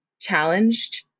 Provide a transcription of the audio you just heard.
challenged